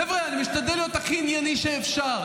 חבר'ה, אני משתדל להיות הכי ענייני שאפשר.